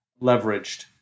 leveraged